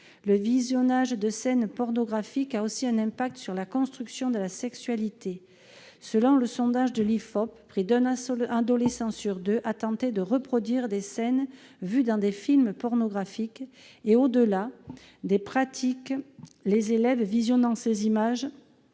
Le visionnage de scènes pornographiques a aussi une incidence sur la construction de la sexualité. Selon le sondage de l'IFOP, près d'un adolescent sur deux a tenté de reproduire des scènes vues dans des films pornographiques. Au-delà des pratiques, les élèves visionnant ces images